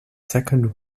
second